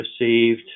received